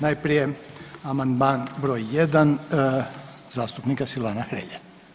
Najprije amandman br. 1 zastupnika Silvana Hrelje.